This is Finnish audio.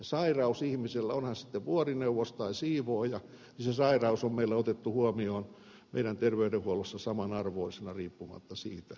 sairaus ihmisellä on hän sitten vuorineuvos tai siivooja on meillä otettu huomioon meidän terveydenhuollossa samanarvoisena riippumatta siitä